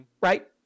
Right